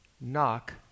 knock